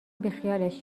بیخیالش